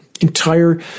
entire